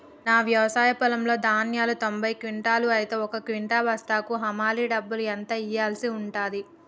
నా వ్యవసాయ పొలంలో ధాన్యాలు తొంభై క్వింటాలు అయితే ఒక క్వింటా బస్తాకు హమాలీ డబ్బులు ఎంత ఇయ్యాల్సి ఉంటది?